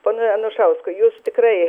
pone anušauskai jūs tikrai